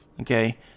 Okay